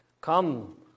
Come